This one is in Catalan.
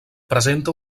presenta